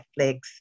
Netflix